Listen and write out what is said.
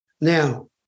Now